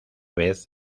vez